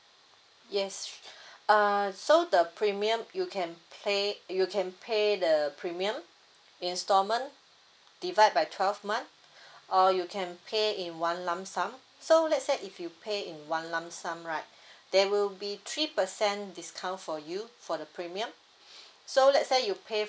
yes err so the premium you can play you can pay the the premium instalment divide by twelve month or you can pay in one lump sum so let's say if you pay in one lump sum right there will be three percent discount for you for the premium so let's say you pay